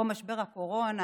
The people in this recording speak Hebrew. אפרופו משבר הקורונה,